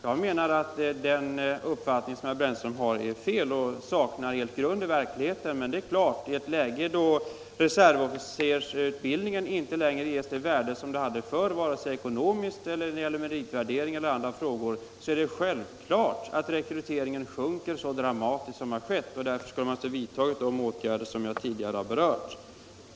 Jag menar att den uppfattning som herr Brännström har är felaktig och helt saknar grund i verkligheten. Men kommer man i ett läge där reservofficersutbildningen inte ges det värde som den hade förr, vare sig ekonomiskt, när det gäller meritvärdering, eller på annat sätt, är det självklart att rekryteringen sjunker så dramatiskt som har skett. Därför skulle man alltså ha vidtagit de åtgärder som jag tidigare har berört.